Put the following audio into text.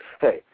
hey